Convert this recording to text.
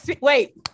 wait